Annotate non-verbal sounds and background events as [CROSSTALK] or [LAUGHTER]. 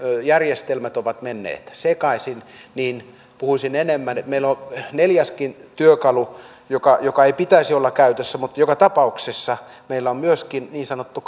järjestelmät ovat menneet sekaisin puhuisin enemmän että meillä on neljäskin työkalu jonka ei pitäisi olla käytössä mutta joka tapauksessa meillä on myöskin niin sanottu [UNINTELLIGIBLE]